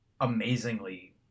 amazingly